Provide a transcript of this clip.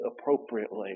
appropriately